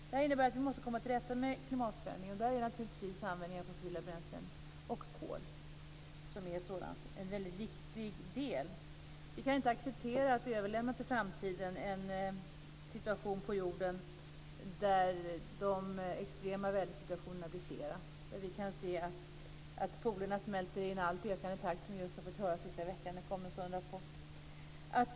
Det innebär att vi måste komma till rätta med klimatförändringarna. Där är naturligtvis användningen av fossila bränslen och kol en väldigt viktig del. Vi kan inte acceptera att vi överlämnar till framtiden en situation på jorden där de extrema vädersituationerna blir flera, där vi kan se att polerna smälter i en allt ökande takt, som vi just fått höra senaste veckan. Det kom en sådan rapport.